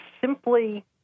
simply